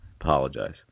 apologize